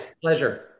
pleasure